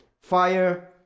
fire